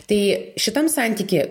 tai šitam santyky